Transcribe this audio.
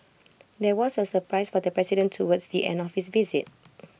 there was A surprise for the president towards the end of his visit